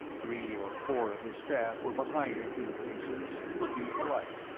three or four of his staff were behind a few paces, looking polite,